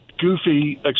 goofy